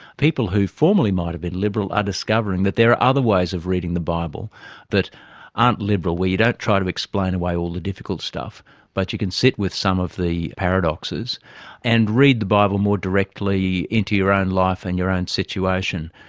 people who formally might have been liberal are discovering that there are other ways of reading the bible that aren't liberal where you don't try to explain away all the difficult stuff but you can sit with some of the paradoxes and read the bible more directly into your own life and your own situation.